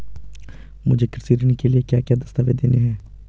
मुझे कृषि ऋण के लिए क्या क्या दस्तावेज़ देने हैं?